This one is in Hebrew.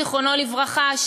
זיכרונו לברכה,